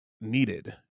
needed